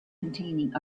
containing